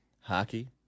hockey